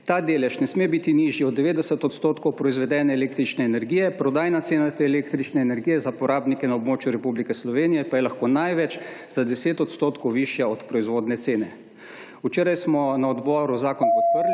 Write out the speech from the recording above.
Ta delež ne sme biti nižji od 90 odstotkov proizvedene električne energije, prodajna cena te električne energije za porabnike na območju Republike Slovenije pa je lahko največ za 10 odstotkov višja od proizvodnje cene. Včeraj smo na odboru zakon podprli